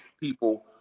people